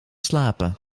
slapen